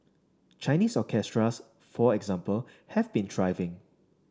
Chinese orchestras for example have been thriving